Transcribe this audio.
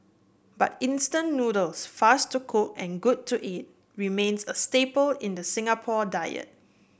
but instant noodles fast to cook and good to eat remains a staple in the Singapore diet